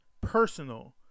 personal